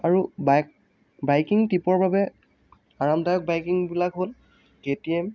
আৰু bike biking ট্ৰিপৰ বাবে আৰামদায়ক বাইকিঙবিলাক হ'ল কে টি এম